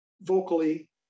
vocally